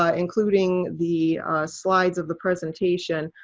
ah including the slides of the presentation,